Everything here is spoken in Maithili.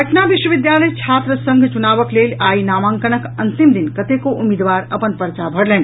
पटना विश्वविद्यालय छात्र संघ चुनावक लेल आइ नामांकनक अंतिम दिन कतेको उम्मीदवार अपन पर्चा भरलनि